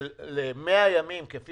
ב-100 ימים, כפי